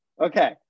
okay